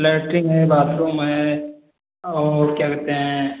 latrine है bathroom है और क्या कहते हैं